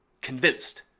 convinced